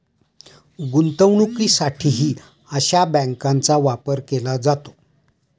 गुंतवणुकीसाठीही अशा बँकांचा वापर केला जातो